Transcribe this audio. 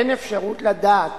אין אפשרות לדעת